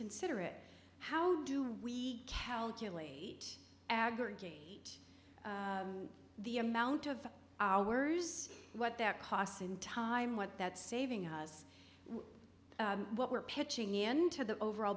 consider it how do we calculate aggregate the amount of hours what that costs in time what that saving us what we're pitching in to the overall